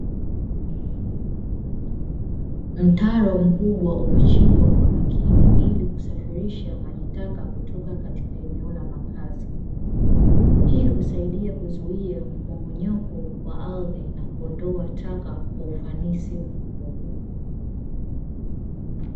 Mtaro mkubwa umechimbwa kwa makini, ili kusafirisha majitaka kutoka katika eneo la makazi. Hii huzaidia kuzuia mmomonyoko wa ardhi na kuondoa taka kwa ufanisi mkubwa.